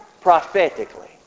prophetically